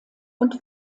und